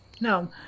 no